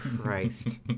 christ